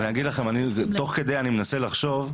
אני אגיד לכם, אני תוך כדי מנסה לחשוב.